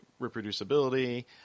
reproducibility